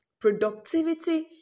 Productivity